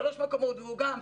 שלושה מקומות והוא גם פרילנסר?